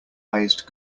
highest